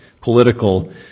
political